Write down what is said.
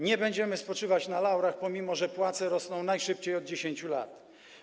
Nie będziemy spoczywać na laurach, pomimo że płace rosną najszybciej od 10 lat.